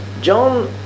John